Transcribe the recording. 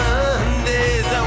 Mondays